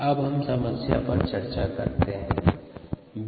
1ln xx0t0t अब समस्या पर चर्चा करते है